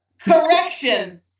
Correction